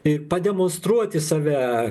ir pademonstruoti save